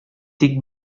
тик